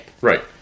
Right